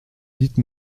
dites